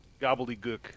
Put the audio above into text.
gobbledygook